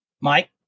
Mike